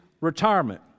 retirement